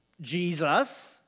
Jesus